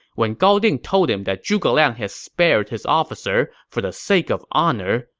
when gao ding told him that zhuge liang had spared his officer for the sake of honor,